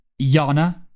Yana